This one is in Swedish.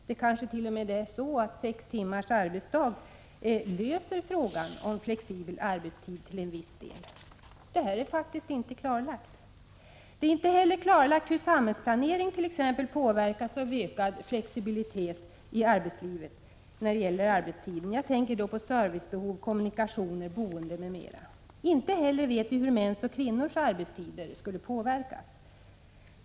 Det kanske t.o.m. är så att sex timmars arbetsdag löser frågan om flexibel arbetstid till en viss del. Detta är faktiskt inte klarlagt. Det är inte heller klarlagt hur samhällsplanering t.ex. påverkas av ökad flexibilitet i arbetslivet när det gäller arbetstiden. Jag tänker då på servicebehov, kommunikationer, boende m.m. Inte heller vet vi hur mäns och kvinnors arbetstider skulle påverkas.